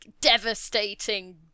devastating